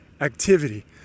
activity